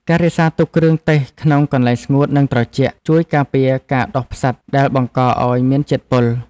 ការរក្សាទុកគ្រឿងទេសក្នុងកន្លែងស្ងួតនិងត្រជាក់ ជួយការពារការដុះផ្សិតដែលបង្កឱ្យមានជាតិពុល។